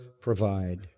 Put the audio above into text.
provide